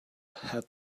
had